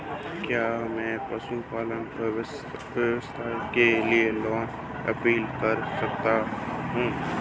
क्या मैं पशुपालन व्यवसाय के लिए लोंन अप्लाई कर सकता हूं?